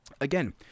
again